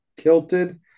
Kilted